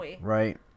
right